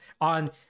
on